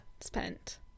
Spent